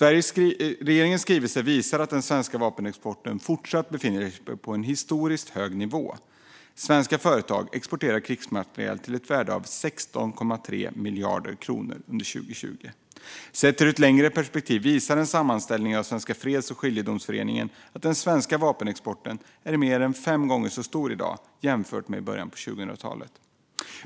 Regeringens skrivelse visar att den svenska vapenexporten fortsatt befinner sig på en historiskt hög nivå. Svenska företag exporterade krigsmateriel till ett värde av 16,3 miljarder kronor under 2020. Sett ur ett längre perspektiv visar en sammanställning av Svenska Freds och Skiljedomsföreningen att den svenska vapenexporten är mer än fem gånger så stor i dag jämfört med i början av 2000-talet.